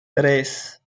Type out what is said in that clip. tres